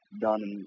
done